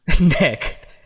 Nick